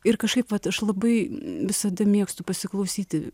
ir kažkaip vat aš labai visada mėgstu pasiklausyti